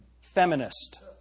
feminist